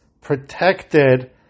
protected